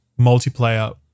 multiplayer